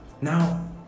Now